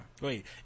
wait